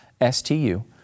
S-T-U